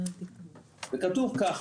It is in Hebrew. וכתוב ככה,